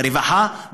ברווחה,